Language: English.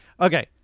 Okay